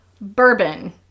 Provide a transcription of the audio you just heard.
bourbon